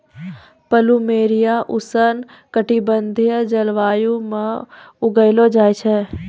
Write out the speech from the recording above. plumeria उष्ण कटिबंधीय जलवायु म उगैलो जाय छै